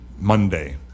Monday